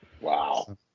Wow